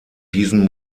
diesen